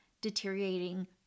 deteriorating